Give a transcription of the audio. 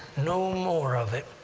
no more of it,